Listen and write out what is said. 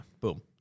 Boom